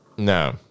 no